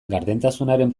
gardentasunaren